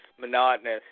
monotonous